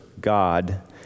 God